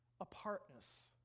apartness